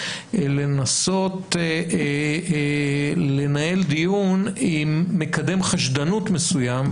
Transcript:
אלא לנסות לנהל דיון עם מקדם חשדנות מסוים,